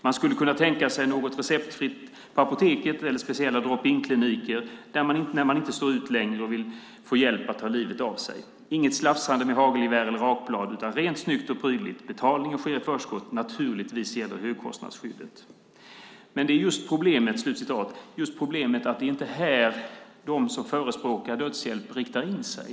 Man skulle kunna tänka sig något receptfritt på apoteket eller speciella drop in-kliniker när man inte står ut längre och vill få hjälp att ta livet av sig. Inget slafsande med hagelgevär eller rakblad utan rent, snyggt och prydligt. Betalning sker i förskott. Naturligtvis gäller högkostnadsskyddet. Men det är just problemet att det inte är på det här som de som förespråkar dödshjälp riktar in sig.